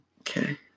Okay